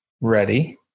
ready